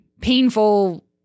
painful